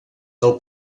del